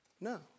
No